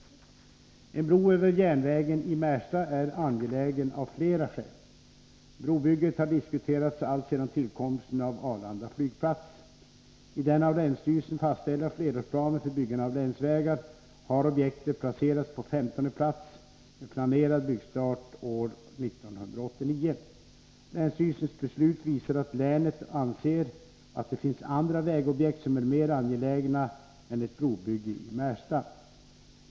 En bro över järnvägen i Märsta är angelägen av flera skäl. Brobygget har diskuterats alltsedan tillkomsten av Arlanda flygplats. I den av länsstyrelsen fastställda flerårsplanen för byggande av länsvägar har objektet placerats på 15:e plats med planerad byggstart år 1989. Länsstyrelsens beslut visar att länet anser att det finns andra vägobjekt som är mer angelägna än ett brobygge i Märsta.